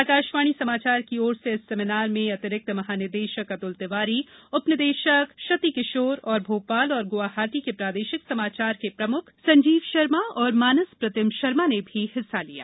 आकाशवाणी समाचार की ओर से इस सेमीनार में अतिरिक्त महानिदेशक अतुल तिवारी उपनिदेशक शत्तीकिशोर और भोपाल और गुवाहाटी के प्रादेशिक समाचार के प्रमुख संजीव शर्मा और मानस प्रतिम शर्मा ने भी हिस्सा लिया